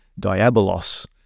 diabolos